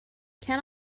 can